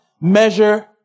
measure